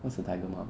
what's a tiger mum